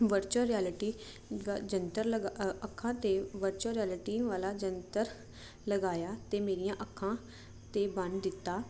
virtual reality ਜੰਤਰ ਅੱਖਾਂ ਤੇ ਵਰਚੁਅਲ ਰੈਲਿਟੀ ਵਾਲਾ ਜੰਤਰ ਲਗਾਇਆ ਤੇ ਮੇਰੀਆਂ ਅੱਖਾਂ ਤੇ ਬੰਨ ਦਿੱਤਾ